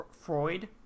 Freud